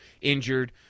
injured